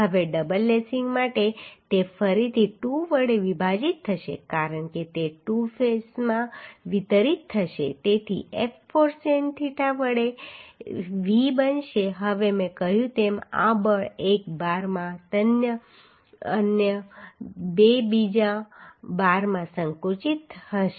હવે double lacing માટે તે ફરીથી 2 વડે વિભાજિત થશે કારણ કે તે 2 કેસમાં વિતરિત થશે તેથી F 4 સિન થીટા વડે V બનશે હવે મેં કહ્યું તેમ આ બળ એક બારમાં તન્ય અને બીજા બારમાં સંકુચિત હશે